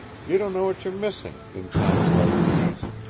you don't know what you are missing in times like these.